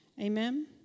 Amen